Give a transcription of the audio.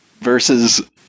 Versus